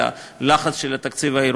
עם הלחץ של התקציב העירוני,